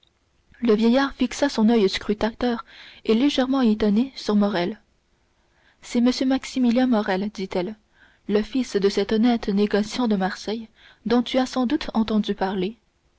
le vieillard fixa son oeil scrutateur et légèrement étonné sur morrel c'est m maximilien morrel dit-elle le fils de cet homme négociant de marseille dont tu as sans doute entendu parler